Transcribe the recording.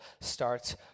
starts